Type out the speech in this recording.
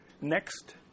next